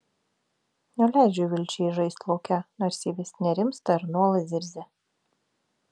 neleidžiu vilčiai žaisti lauke nors ji vis nerimsta ir nuolat zirzia